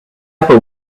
upper